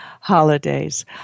holidays